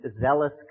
zealous